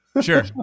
Sure